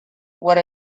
what